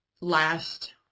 last